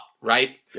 right